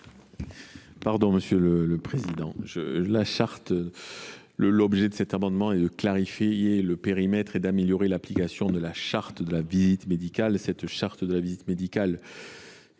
parole est à M. le ministre. L’objet de cet amendement est de clarifier le périmètre et d’améliorer l’application de la charte de la visite médicale